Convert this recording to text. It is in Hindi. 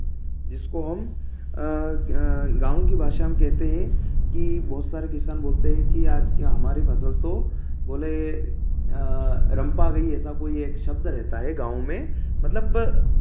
जिसको हम गाँव की भाषा में कहते हैं कि बहुत सारे किसान है कि आज क्या हमारे भसल तो बोले रम्पा गई ऐसा कोई एक शब्द रेहता है गाँव में मतलब